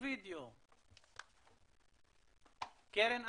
מתעסקים בסוגיות של לכידות חברתית כמו בפריזמה של שירות אזרחי שהיה